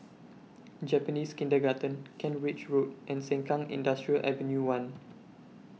Japanese Kindergarten Kent Ridge Road and Sengkang Industrial Ave one